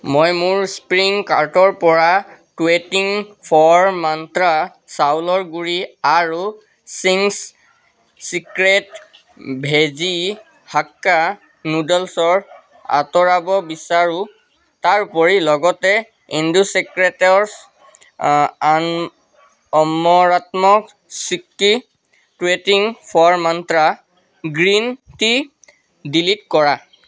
মই মোৰ স্প্ৰিং কাৰ্টৰ পৰা টুৱেটিং ফ'ৰ মন্ত্ৰা চাউলৰ গুড়ি আৰু চিংছ চিক্ৰেট ভেজি হাক্কা নুডলছৰ আঁতৰাব বিচাৰোঁ তাৰোপৰি লগতে ইণ্ডোচিক্ৰেটৰছ আম অমৰত্ন চিক্কি টুৱেটিং ফ'ৰ মন্ত্ৰা গ্ৰীণ টি ডিলিট কৰা